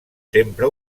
sempre